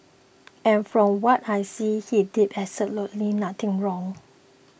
and from what I see he did absolutely nothing wrong